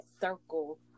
circle